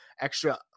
extra